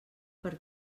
per